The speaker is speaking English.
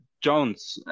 Jones